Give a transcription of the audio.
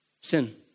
sin